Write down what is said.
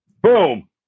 Boom